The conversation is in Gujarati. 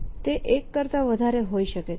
અને તે 1 કરતા વધારે હોઈ શકે છે